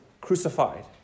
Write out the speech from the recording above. crucified